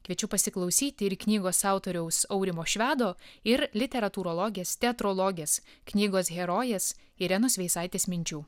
kviečiu pasiklausyti ir knygos autoriaus aurimo švedo ir literatūrologės teatrologės knygos herojės irenos veisaitės minčių